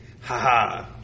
ha-ha